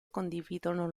condividono